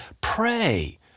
pray